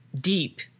deep